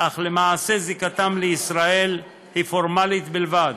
אך למעשה זיקתם לישראל היא פורמלית בלבד